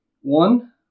One